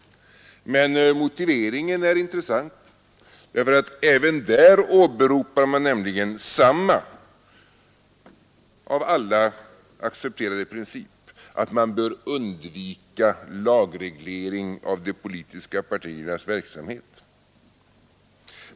Men motiveringen är intressant, därför att även där åberopar man samma av alla accepterade princip att man bör undvika lagreglering av de politiska partiernas verksamhet.